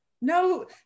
No